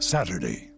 Saturday